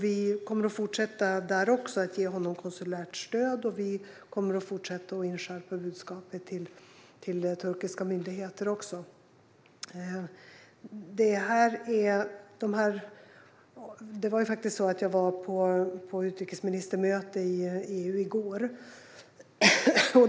Vi kommer att fortsätta att ge honom konsulärt stöd, och vi kommer att fortsätta att inskärpa budskapet till turkiska myndigheter. I går var jag på utrikesministermöte i EU.